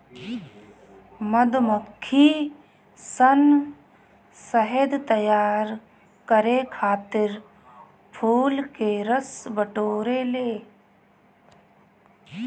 मधुमक्खी सन शहद तैयार करे खातिर फूल के रस बटोरे ले